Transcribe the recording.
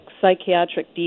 psychiatric